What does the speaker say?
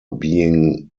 being